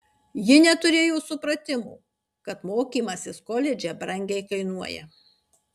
ji neturėjo supratimo kad mokymasis koledže brangiai kainuoja